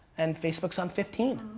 and facebook's on fifteen.